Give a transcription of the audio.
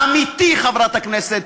אמיתי, חברת הכנסת